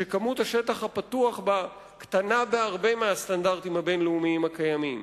והיקף השטח הפתוח בה קטן בהרבה מהסטנדרטים הבין-לאומיים הקיימים.